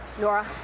Nora